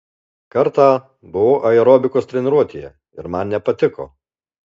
kartą buvau aerobikos treniruotėje ir man nepatiko